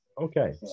okay